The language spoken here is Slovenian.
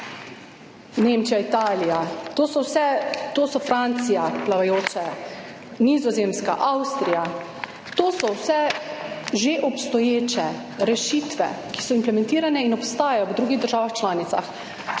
Nemčija, Italija, Francija – plavajoče, Nizozemska, Avstrija, to so vse že obstoječe rešitve, ki so implementirane in obstajajo v drugih državah članicah.